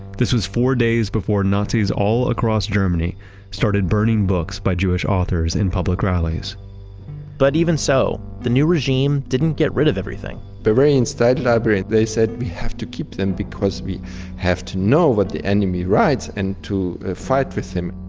this was four days before nazis all across germany started burning books by jewish authors in public rallies but even so, the new regime didn't get rid of everything bavarian state library, they said, we have to keep them because we have to know what the enemy writes and to fight with them.